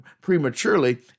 prematurely